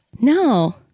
No